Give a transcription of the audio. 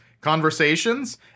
conversations